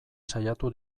saiatu